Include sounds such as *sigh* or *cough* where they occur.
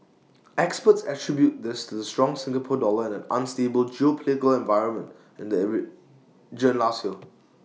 experts attribute this to the strong Singapore dollar and an unstable geopolitical environment in the *hesitation* region last year